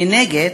מנגד,